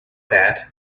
that